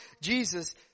Jesus